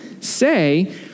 say